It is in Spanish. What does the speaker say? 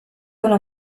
una